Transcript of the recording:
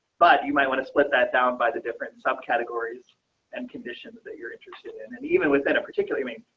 but you might want to split that down by the different subcategories and conditions that you're interested in and even within a particularly mean,